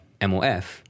MOF